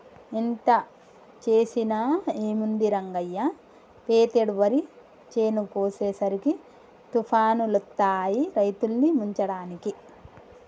ఎంత చేసినా ఏముంది రంగయ్య పెతేడు వరి చేను కోసేసరికి తుఫానులొత్తాయి రైతుల్ని ముంచడానికి